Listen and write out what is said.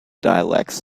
dialects